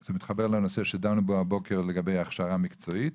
זה מתחבר לנושא שדנו בו הבוקר לגבי הכשרה מקצועית.